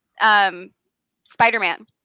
Spider-Man